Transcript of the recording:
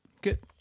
Good